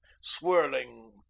swirling